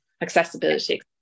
accessibility